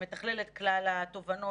ישראל נחצין אותם ונבטא אותם גם כלפי חוץ,